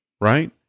Right